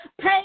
Pay